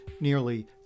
nearly